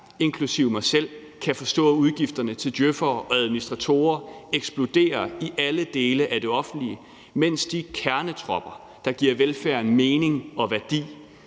inklusive mig selv, kan forstå, at udgifterne til djøf'ere og administratorer eksploderer i alle dele af det offentlige, mens de kernetropper, der giver velfærden mening og værdi,